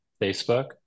Facebook